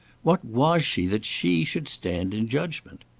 what was she that she should stand in judgment?